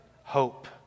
hope